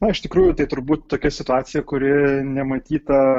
na iš tikrųjų tai turbūt tokia situacija kuri nematyta